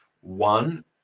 One